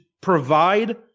provide